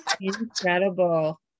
incredible